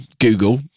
Google